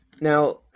Now